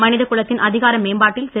மனித குலத்தின் அதிகார மேம்பாட்டில் திரு